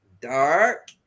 dark